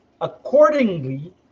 accordingly